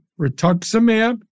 rituximab